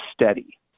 steady